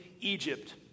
Egypt